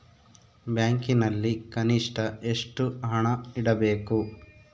ಬ್ಯಾಂಕಿನಲ್ಲಿ ಕನಿಷ್ಟ ಎಷ್ಟು ಹಣ ಇಡಬೇಕು?